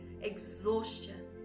exhaustion